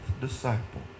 disciple